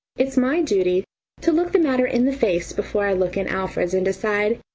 it's my duty to look the matter in the face before i look in alfred's and decide.